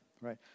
right